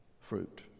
fruit